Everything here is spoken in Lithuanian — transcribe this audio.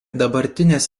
dabartinės